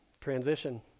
transition